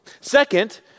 Second